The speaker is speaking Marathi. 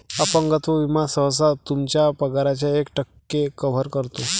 अपंगत्व विमा सहसा तुमच्या पगाराच्या एक टक्के कव्हर करतो